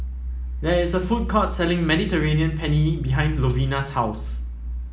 there is a food court selling Mediterranean Penne behind Lovina's house